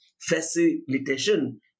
facilitation